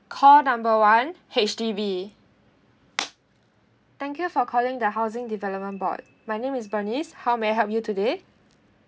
call number one H_D_B thank you for calling the housing development board my name is bernice how may I help you today